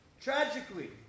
Tragically